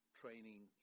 training